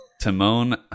Timon